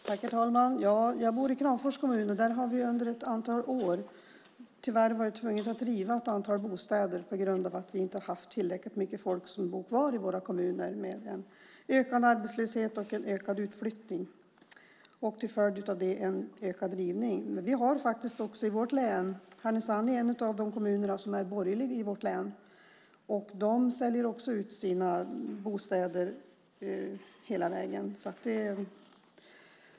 Herr talman! Jag bor i Kramfors kommun. Där har vi under ett antal år tyvärr varit tvungna att riva ett antal bostäder för att vi inte haft tillräckligt med människor som bor kvar i våra kommuner med en ökad arbetslöshet, en ökad utflyttning och till följd av det en ökad rivning. Härnösand är en av de kommuner som är borgerliga i vårt län. De säljer också ut sina bostäder hela vägen.